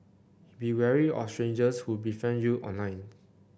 be wary of strangers who be friend you online